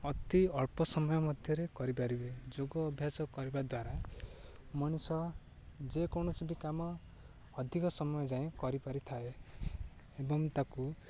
ଅତି ଅଳ୍ପ ସମୟ ମଧ୍ୟରେ କରିପାରିବେ ଯୋଗ ଅଭ୍ୟାସ କରିବା ଦ୍ୱାରା ମଣିଷ ଯେକୌଣସି ବି କାମ ଅଧିକ ସମୟ ଯାଏଁ କରିପାରିଥାଏ ଏବଂ ତାକୁ